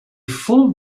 followed